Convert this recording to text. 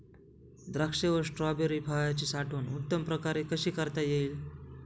द्राक्ष व स्ट्रॉबेरी फळाची साठवण उत्तम प्रकारे कशी करता येईल?